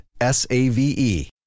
S-A-V-E